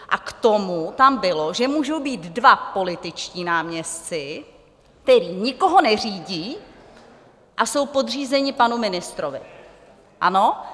K tomu tam bylo, že můžou být dva političtí náměstci, kteří nikoho neřídí a jsou podřízeni panu ministrovi, ano?